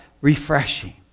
refreshing